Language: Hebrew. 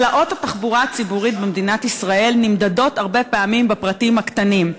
תלאות התחבורה הציבורית במדינת ישראל נמדדות הרבה פעמים בפרטים הקטנים: